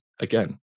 Again